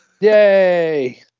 Yay